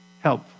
help